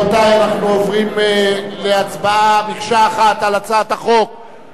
אנחנו עוברים להצבעה על הצעת חוק הביטוח